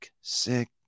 sick